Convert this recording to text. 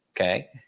okay